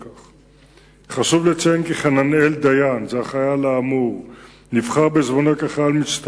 לדעתי, הנושא הזה כבר עלה במושב